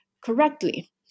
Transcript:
correctly